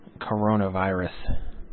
coronavirus